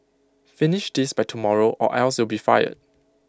finish this by tomorrow or else you'll be fired